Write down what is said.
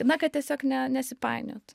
na kad tiesiog ne nesipainiot